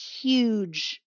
huge